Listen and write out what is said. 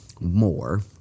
more